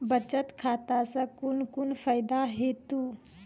बचत खाता सऽ कून कून फायदा हेतु?